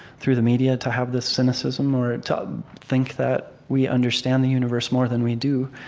through the media to have this cynicism or to think that we understand the universe more than we do.